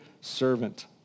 servant